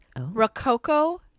Rococo